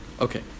Okay